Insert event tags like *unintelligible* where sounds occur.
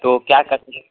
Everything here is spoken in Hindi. तो क्या *unintelligible*